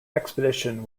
expedition